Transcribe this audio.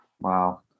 wow